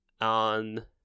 On